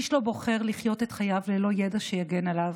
איש לא בוחר לחיות את חייו ללא ידע שיגן עליו.